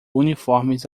uniformes